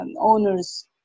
owners